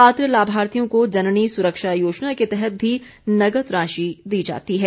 पात्र लाभार्थियों को जननी सुरक्षा योजना के तहत भी नकद राशि दी जाती है